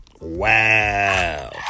Wow